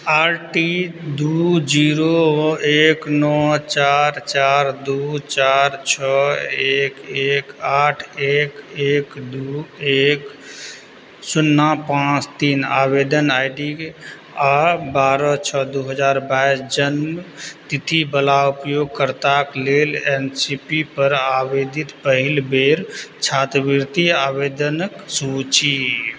आर T दू zero एक नओ चारि चारि दू चारि छओ एक एक आठ एक एक दू एक शुन्ना पाँच तीन आवेदन आइ डी आ बारह छओ दू हजार बाइस जन्म तिथि बला उपयोगकर्ताक लेल एन एस पी पर आवेदित पहिल बेर छात्रवृति आवेदनक सूचि